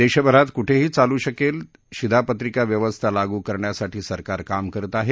देशभरात कुठेही चालू शकेल शिधापत्रिका व्यवस्था लागू करण्यासाठी सरकार काम करत आहे